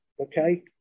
Okay